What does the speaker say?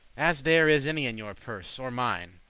as there is any in your purse, or mine,